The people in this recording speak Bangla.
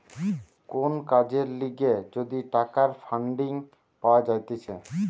কোন কাজের লিগে যদি টাকার ফান্ডিং পাওয়া যাইতেছে